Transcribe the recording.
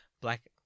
black